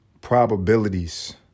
probabilities